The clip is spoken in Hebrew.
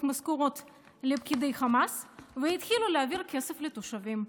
משכורות לפקידי חמאס והתחילו להעביר כסף לתושבים,